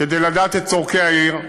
לדעת את צורכי העיר,